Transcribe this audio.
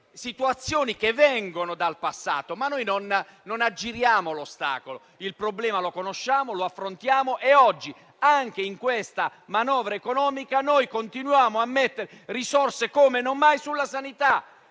situazioni che vengono dal passato, ma noi non aggiriamo l'ostacolo: il problema lo conosciamo, lo affrontiamo e oggi, anche in questa manovra economica, continuiamo a mettere risorse come non mai sulla sanità,